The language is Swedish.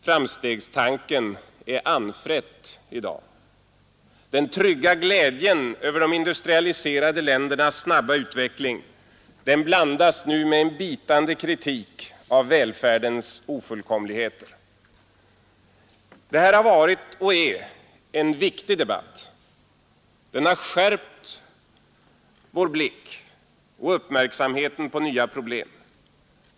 Framstegstanken är anfrätt i dag. Den trygga glädjen över de industrialiserade ländernas snabba utveckling blandas nu med en bitande kritik av välfärdens ofullkomligheter. Det här har varit och är en viktig debatt. Den har skärpt vår blick och uppmärksamheten på nya problem.